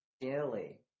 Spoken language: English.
daily